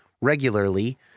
regularly